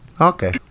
Okay